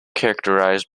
characterized